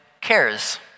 cares